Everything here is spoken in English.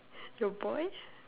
your boy